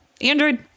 Android